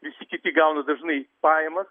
visi kiti gauna dažnai pajamas